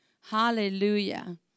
Hallelujah